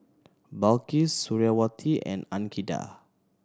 Balqis Suriawati and Andika